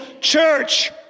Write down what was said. church